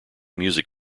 music